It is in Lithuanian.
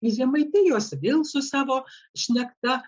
iš žemaitijos vėl su savo šnekta